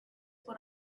what